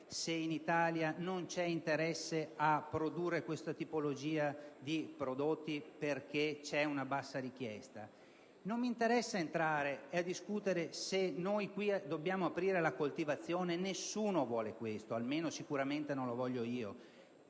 se in Italia non c'è interesse a produrre questa tipologia di prodotti perché vi è una bassa richiesta; non mi interessa discutere se noi qui dobbiamo dare inizio alla coltivazione: nessuno vuole questo (almeno, sicuramente non lo voglio io).